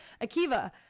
Akiva